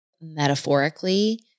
metaphorically